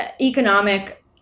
economic